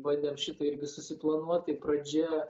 bandėm šitą irgi susiplanuot tai pradžia